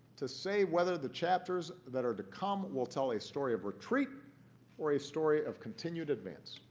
to say whether the chapters that are to come will tell a story of retreat or a story of continued advance.